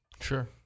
Sure